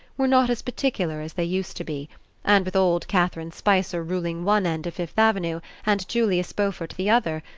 were not as particular as they used to be and with old catherine spicer ruling one end of fifth avenue, and julius beaufort the other,